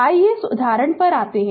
आइए इस उदाहरण पर आते हैं